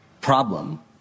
problem